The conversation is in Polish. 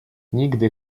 nigdy